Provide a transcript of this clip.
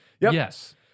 Yes